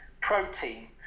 protein